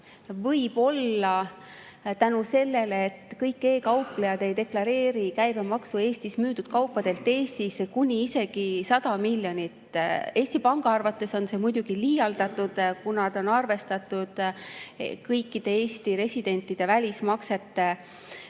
võib seetõttu, et kõik e-kauplejad ei deklareeri käibemaksu Eestis müüdud kaupadelt, olla isegi kuni 100 miljonit. Eesti Panga arvates see on muidugi liialdatud, kuna see on arvestatud kõikide Eesti residentide välismaksete